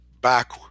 back